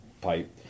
pipe